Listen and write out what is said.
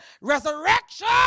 resurrection